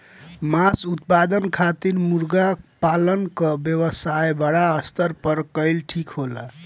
मांस उत्पादन खातिर मुर्गा पालन क व्यवसाय बड़ा स्तर पर कइल ठीक होला